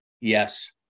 Yes